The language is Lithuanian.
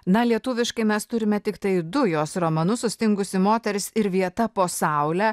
na lietuviškai mes turime tiktai du jos romanus sustingusi moteris ir vietą po saule